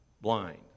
blind